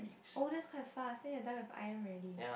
oh that's quite fast then you're done with iron already